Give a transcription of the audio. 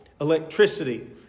electricity